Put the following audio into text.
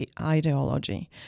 ideology